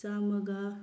ꯆꯥꯝꯃꯒ